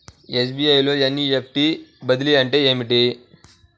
SBI లో NEFT బదిలీ అంటే ఏమిటి?